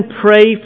pray